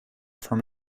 from